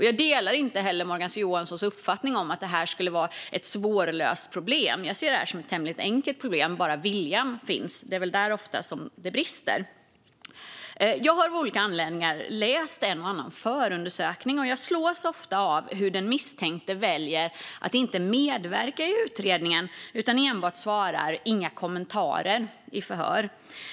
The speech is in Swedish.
Jag delar inte Morgan Johanssons uppfattning att detta skulle vara ett svårlöst problem. Jag ser det som tämligen enkelt bara viljan finns, men det är väl oftast där det brister. Jag har av olika anledningar läst en och annan förundersökning, och jag slås ofta av hur den misstänkte väljer att inte medverka i utredningen utan i förhör enbart svarar "ingen kommentar".